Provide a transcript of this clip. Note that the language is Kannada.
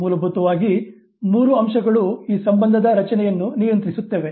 ಮೂಲಭೂತವಾಗಿ ಮೂರು ಅಂಶಗಳು ಈ ಸಂಬಂಧದ ರಚನೆಯನ್ನು ನಿಯಂತ್ರಿಸುತ್ತವೆ